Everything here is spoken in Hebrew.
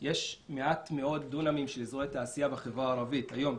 יש מעט מאוד דונמים של אזורי תעשייה בחברה הערבית היום.